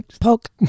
Poke